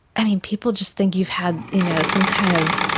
i mean, people just think you've had you know some kind of,